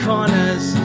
Corners